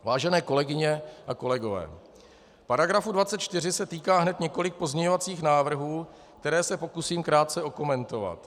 Vážené kolegyně a kolegové, paragrafu 24 se týká hned několik pozměňovacích návrhů, které se pokusím krátce okomentovat.